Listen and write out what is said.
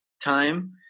time